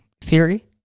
theory